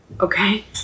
Okay